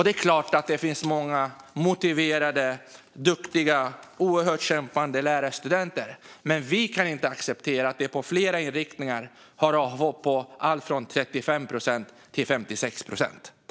Det finns såklart många motiverade, duktiga och oerhört kämpande lärarstudenter, men vi kan inte acceptera att det på flera inriktningar förekommer avhopp på alltifrån 35 procent till 56 procent.